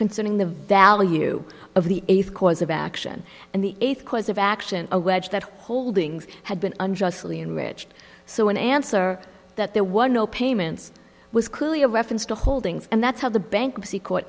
concerning the value of the eighth cause of action and the eighth course of action allege that holdings had been unjustly enriched so in answer that there was no payments was clearly a reference to holdings and that's how the bankruptcy court